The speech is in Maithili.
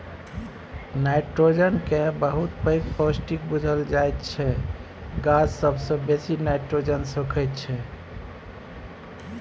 नाइट्रोजन केँ बहुत पैघ पौष्टिक बुझल जाइ छै गाछ सबसँ बेसी नाइट्रोजन सोखय छै